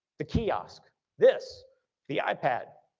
the kiosk, this the ipad,